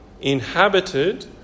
inhabited